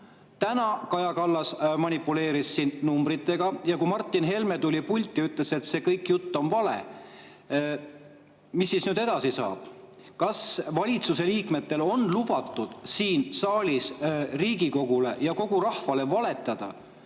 Täna Kaja Kallas manipuleeris numbritega ja kui Martin Helme tuli pulti ja ütles, et kõik see jutt on vale, mis siis nüüd edasi saab? Kas valitsuse liikmetel on lubatud siin saalis Riigikogule ja kogu rahvale valetada?